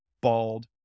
bald